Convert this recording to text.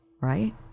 right